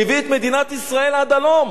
שהביא את מדינת ישראל עד הלום.